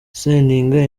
seninga